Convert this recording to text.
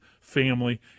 family